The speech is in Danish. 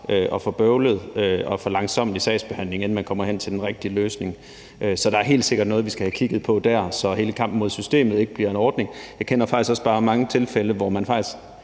og der er en for langsommelig sagsbehandling, inden man kommer frem til den rigtige løsning. Der er helt sikkert noget, vi skal have kigget på der, så hele kampen mod systemet ikke blokerer for en ordning. Jeg kender bare også mange tilfælde, hvor man faktisk